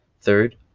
Third